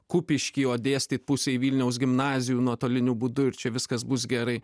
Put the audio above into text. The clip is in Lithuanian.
kupišky o dėstyt pusei vilniaus gimnazijų nuotoliniu būdu ir čia viskas bus gerai